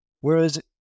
Whereas